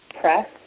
Press